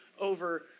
over